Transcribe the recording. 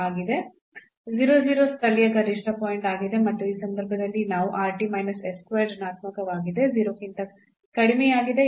0 0 ಸ್ಥಳೀಯ ಗರಿಷ್ಟ ಪಾಯಿಂಟ್ ಆಗಿದೆ ಮತ್ತು ಈ ಸಂದರ್ಭದಲ್ಲಿ ಇದು ಋಣಾತ್ಮಕವಾಗಿದೆ 0 ಕ್ಕಿಂತ ಕಡಿಮೆಯಾಗಿದೆ